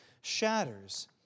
shatters